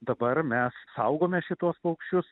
dabar mes saugome šituos paukščius